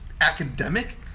academic